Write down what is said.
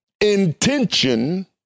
intention